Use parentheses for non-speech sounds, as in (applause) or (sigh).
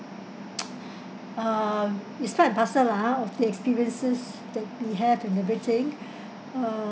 (noise) um it's part and parcel lah ah of the experiences that we have and everything uh